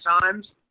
times